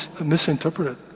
misinterpreted